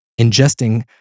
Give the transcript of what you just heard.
ingesting